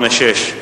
386,